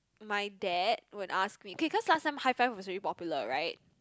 my dad would asked me K cause last time high five was really popular right